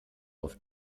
auf